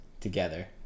together